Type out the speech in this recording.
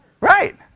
Right